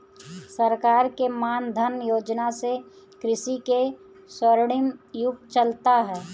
सरकार के मान धन योजना से कृषि के स्वर्णिम युग चलता